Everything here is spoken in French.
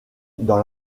dans